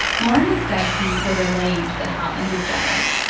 lauren and stacey were relieved that hartland was jailed.